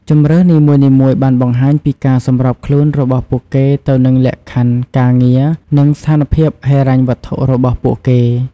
ជម្រើសនីមួយៗបានបង្ហាញពីការសម្របខ្លួនរបស់ពួកគេទៅនឹងលក្ខខណ្ឌការងារនិងស្ថានភាពហិរញ្ញវត្ថុរបស់ពួកគេ។